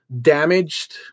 damaged